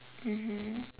mmhmm